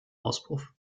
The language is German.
auspuff